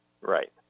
Right